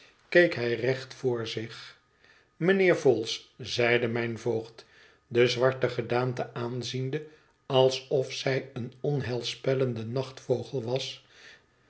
keek hij recht voor zich mijnheer vholes zeide mijn voogd de zwarte gedaante aanziende alsof zij een onheilspellende nachtvogel was